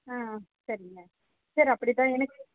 ஆ சரிங்க சரி அப்படிதான் எனக்கு